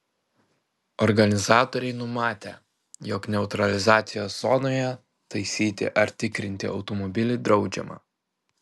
organizatoriai numatę jog neutralizacijos zonoje taisyti ar tikrinti automobilį draudžiama